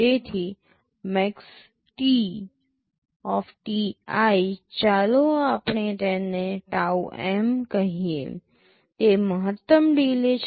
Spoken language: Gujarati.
તેથી maxtti ચાલો આપણે તેને taum કહીએ તે મહત્તમ ડિલે છે